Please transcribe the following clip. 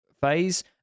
phase